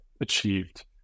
achieved